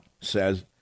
says